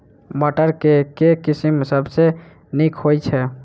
मटर केँ के किसिम सबसँ नीक होइ छै?